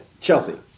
Chelsea